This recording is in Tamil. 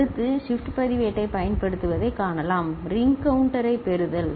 அடுத்து ஷிப்ட் பதிவேட்டைப் பயன்படுத்துவதைக் காணலாம் ரிங் கவுண்டரைப் பெறுதல் சரி